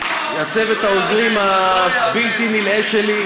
לצוות העוזרים הבלתי-נלאה שלי,